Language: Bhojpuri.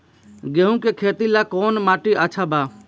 गेहूं के खेती ला कौन माटी अच्छा बा?